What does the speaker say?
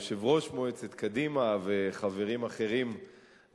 יושב-ראש מועצת קדימה וחברים אחרים,